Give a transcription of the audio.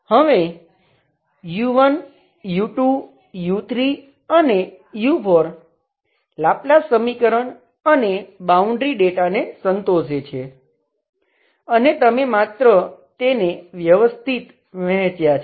હવે u1 u2 u3 અને u4 Laplace સમીકરણ અને બાઉન્ડ્રી ડેટાને સંતોષે છે અને તમે માત્ર તેને વ્યવસ્થિત વહેચ્યાં છે